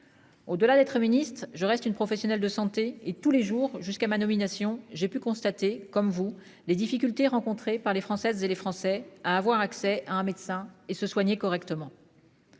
Au delà d'être ministre. Je reste une professionnelle de santé et tous les jours jusqu'à ma nomination, j'ai pu constater comme vous les difficultés rencontrées par les Françaises et les Français à avoir accès à un médecin et se soigner correctement.--